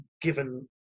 given